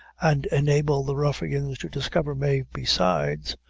and enable the ruffians to discover mave besides,